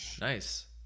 Nice